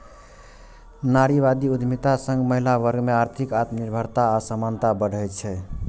नारीवादी उद्यमिता सं महिला वर्ग मे आर्थिक आत्मनिर्भरता आ समानता बढ़ै छै